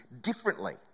differently